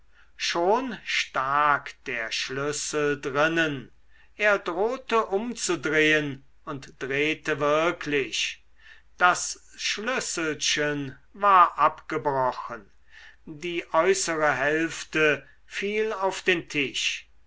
schon stak der schlüssel drinnen er drohte umzudrehen und drehte wirklich das schlüsselchen war abgebrochen die äußere hälfte fiel auf den tisch